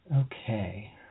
okay